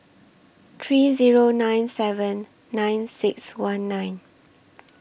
three Zero nine seven nine six one nine